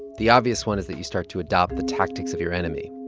the obvious one is that you start to adopt the tactics of your enemy.